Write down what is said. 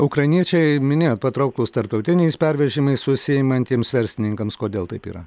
ukrainiečiai minėjot patrauklūs tarptautiniais pervežimais užsiimantiems verslininkams kodėl taip yra